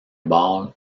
ball